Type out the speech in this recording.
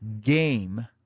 Game